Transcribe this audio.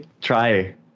try